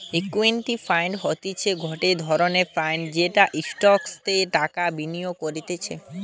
equity fund হতিছে গটে ধরণের ফান্ড যেটা স্টকসে টাকা বিনিয়োগ করতিছে